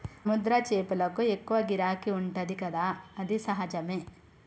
సముద్ర చేపలకు ఎక్కువ గిరాకీ ఉంటది కదా అది సహజమే